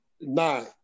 Nine